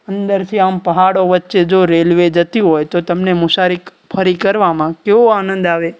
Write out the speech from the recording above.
અંદરથી આમ પહાડો વચ્ચે જો રેલવે જતી હોય તો તમને મુસારીક ફરી કરવામાં કેવો આનંદ આવે